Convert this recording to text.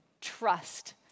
Trust